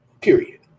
Period